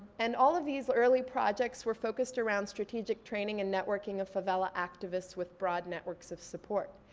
and all of these early projects were focused around strategic training and networking of favela activists with broad networks of support.